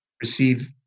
receive